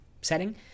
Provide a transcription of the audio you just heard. setting